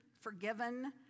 forgiven